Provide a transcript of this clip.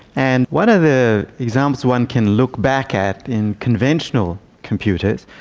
and one of the examples one can look back at in conventional computers,